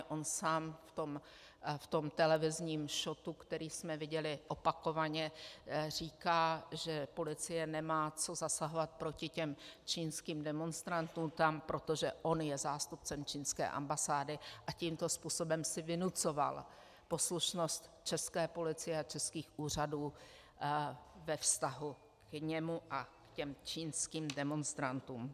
On sám v tom televizním šotu, který jsme viděli, opakovaně, říká, že policie nemá co zasahovat proti čínským demonstrantům tam, protože on je zástupcem čínské ambasády, a tímto způsobem si vynucoval poslušnost české policie a českých úřadů ve vztahu k němu a k těm čínským demonstrantům.